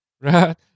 right